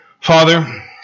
Father